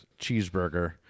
Cheeseburger